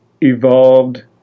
evolved